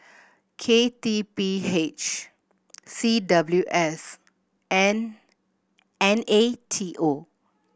K T P H C W S and N A T O